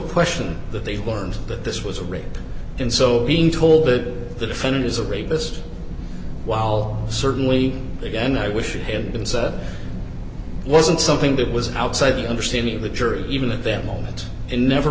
question that they learned that this was a rape and so being told that the defendant is a rapist while certainly again i wish it had been said wasn't something that was outside the understanding of the jury even at them moment and never